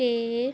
pay